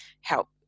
help